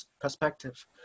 perspective